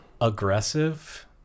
Aggressive